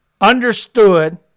understood